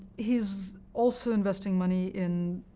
he's also investing money in